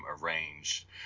arranged